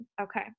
Okay